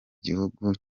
gihugu